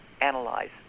analyze